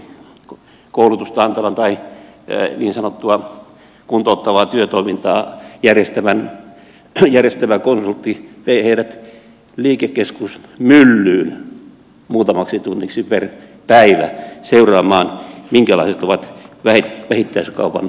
niin sanottua kuntouttavaa työtoimintaa järjestävä konsultti vei useina päivinä tällaisen ryhmän liikekeskus myllyyn muutamaksi tunniksi per päivä seuraamaan minkälaiset ovat vähittäiskaupan työolosuhteet